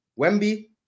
Wemby